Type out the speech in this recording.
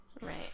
right